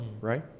right